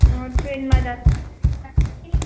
अँ ट्रेनमा जानु